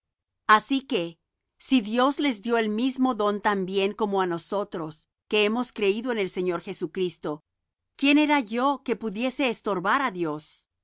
así que si dios les dió el mismo don también como á nosotros que hemos creído en el señor jesucristo quién era yo que pudiese estorbar á dios